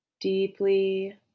deeply